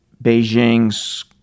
Beijing's